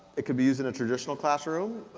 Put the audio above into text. it can be used in a traditional classroom,